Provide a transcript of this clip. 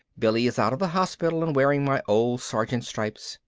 billy is out of the hospital and wearing my old sergeant's stripes.